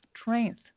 strength